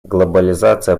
глобализация